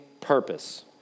purpose